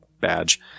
badge